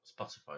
Spotify